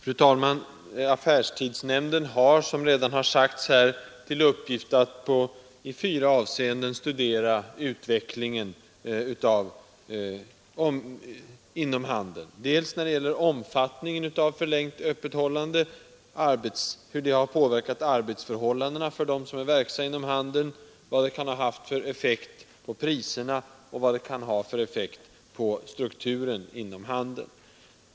Fru talman! Affärstidsnämnden har, som redan sagts här, till uppgift att i fyra avseenden studera utvecklingen inom handeln. Den skall följa omfattningen av förlängt öppethållande, hur detta har påverkat arbetsförhållandena för dem som är verksamma inom handeln, vad det kan ha för effekt på priserna och hur det kan påverka strukturen inom handeln.